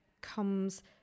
comes